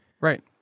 Right